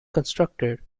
constructed